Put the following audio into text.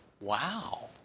wow